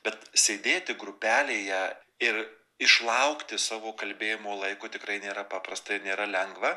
bet sėdėti grupelėje ir išlaukti savo kalbėjimo laiko tikrai nėra paprasta ir nėra lengva